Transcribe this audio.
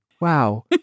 Wow